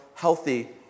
healthy